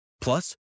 Plus